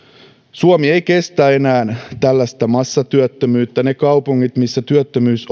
suomi ei enää kestä tällaista massatyöttömyyttä ne kaupungit missä työttömyys